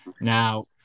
now